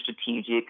strategic